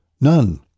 none